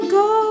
go